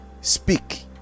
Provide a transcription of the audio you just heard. speak